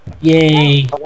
Yay